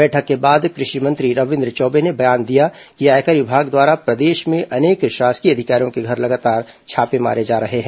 बैठक के बाद कृषि मंत्री रविन्द्र चौबे ने बयान दिया कि आयकर विभाग द्वारा प्रदेश में अनेक शासकीय अधिकारियों के घर लगातार छापे मारे जा रहे हैं